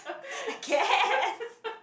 I guess